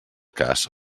cas